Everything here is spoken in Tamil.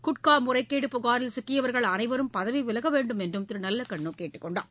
குட்காமுறைகேடு புகாரில் சிக்கியவர்கள் பதவிவிலகவேண்டும் என்றும் திருநல்லகண்ணுகேட்டுக்கொண்டார்